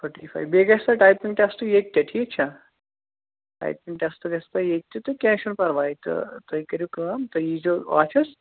تھٔٹی فایِو بیٚیہِ گژھِ تۄہہِ ٹایپِنٛگ ٹٮ۪سٹ ییٚتہِ تہِ ٹھیٖک چھا ٹایپِنٛگ ٹٮ۪سٹ گژھِ تۄہہِ ییٚتہِ تہِ تہٕ کیٚنٛہہ چھُنہٕ پَرواے تہٕ تُہۍ کٔرِو کٲم تُہۍ یی زیو آفِس